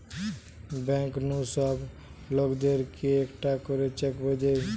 bank নু সব লোকদের কে একটা করে চেক বই দে